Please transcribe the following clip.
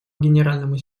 генеральному